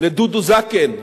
לדודו זקן,